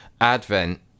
advent